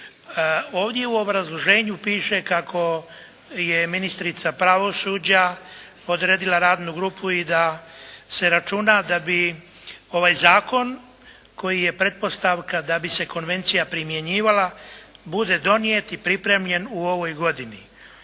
Ovdje u obrazloženju piše kako je ministrica pravosuđa odredila radnu grupu i da se računa da bi ovaj zakon koji je pretpostavka da bi se Konvencija primjenjivala bude donijet i pripremljen u ovoj godini.